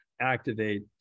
activate